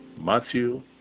Matthew